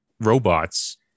robots